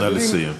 נא לסיים.